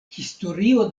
historio